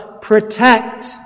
protect